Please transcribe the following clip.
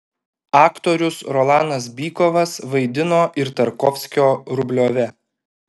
aktorius rolanas bykovas vaidino ir tarkovskio rubliove